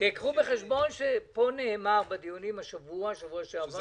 קחו בחשבון שפה נאמר בדיונים בשבוע שעבר